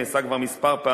נעשה כבר כמה פעמים,